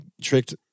tricked